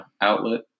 outlet